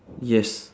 yes